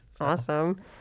Awesome